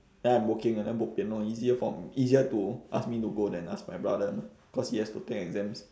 then I'm working ah then bo pian lor easier for easier to ask me to go than ask my brother cause he has to take exams